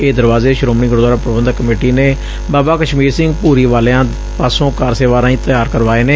ਇਹ ਦਰਵਾਜ਼ੇ ਸ੍ਹੋਮਣੀ ਗੁਰਦੁਆਰਾ ਪ੍ਰਬੰਧਕ ਕਮੇਟੀ ਨੇ ਬਾਬਾ ਕਸ਼ਮੀਰ ਸਿੰਘ ਭੂਰੀਵਾਲਿਆਂ ਪਾਸੋਂ ਕਾਰਸੇਵਾ ਰਾਹੀ ਤਿਆਰ ਕਰਵਾਏ ਨੇ